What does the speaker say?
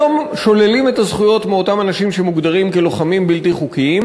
היום שוללים את הזכויות מאותם אנשים שמוגדרים כלוחמים בלתי חוקיים,